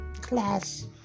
class